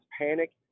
panic